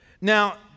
now